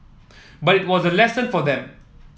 but it was a lesson for them